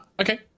Okay